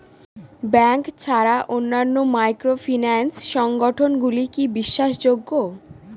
Bank ছাড়া অন্যান্য microfinance সংগঠন গুলি কি বিশ্বাসযোগ্য?